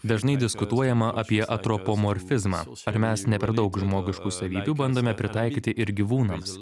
dažnai diskutuojama apie atropomorfizmą ar mes ne per daug žmogiškų savybių bandome pritaikyti ir gyvūnams